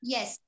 Yes